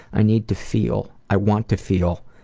i need to feel, i want to feel,